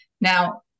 Now